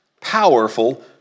powerful